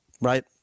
Right